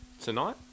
tonight